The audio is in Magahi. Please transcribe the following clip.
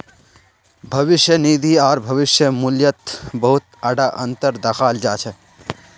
भविष्य निधि आर भविष्य मूल्यत बहुत बडा अनतर दखाल जा छ